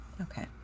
Okay